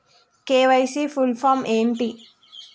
KYC full form ఏంటి?